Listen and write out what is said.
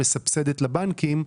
מסבסדת לבנקים,